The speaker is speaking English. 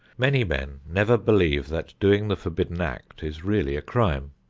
many men never believe that doing the forbidden act is really a crime.